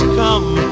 come